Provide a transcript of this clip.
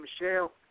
Michelle